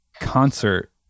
concert